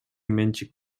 менчик